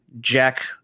jack